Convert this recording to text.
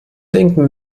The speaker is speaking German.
denken